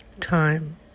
time